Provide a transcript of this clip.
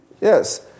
Yes